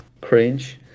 Cringe